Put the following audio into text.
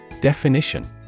Definition